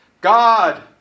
God